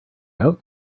out